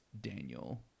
Daniel